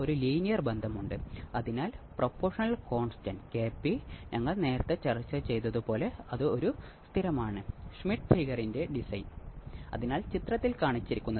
RC network നൂറ്റി എൺപത് degree phase shift നൽകുന്നു ഇതാണ് ഇത് ചിത്രത്തിൽ കാണിച്ചിരിക്കുന്നത്